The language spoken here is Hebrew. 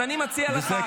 אז אני מציע לך,